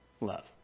love